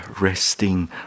resting